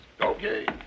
Okay